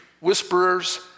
whisperers